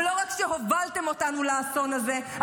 ולא רק שהובלתם אותנו לאסון הזה -- הסתיים הזמן.